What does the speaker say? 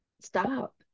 stop